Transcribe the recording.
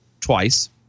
twice